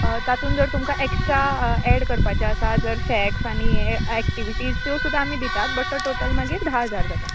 तातूंत जर तुमकां एकश्ट्रा एड करपाचें आसा जर शेक्स आनी हे एक्टीवीटिज त्यो सुद्दां आमी दितात पूण टॉटल मागीर धा हजार जाता